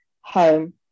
home